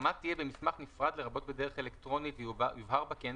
"הסכמה תהיה במסמך נפרד לרבות בדרך אלקטרונית ויובהר בה כי אין